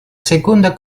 seconda